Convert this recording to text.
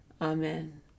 Amen